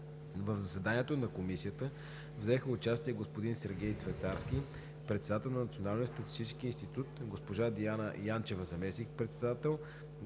В заседанието на Комисията взеха участие: господин Сергей Цветарски – председател на Националния статистически институт, госпожа Диана Янчева – заместник-председател,